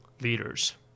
leaders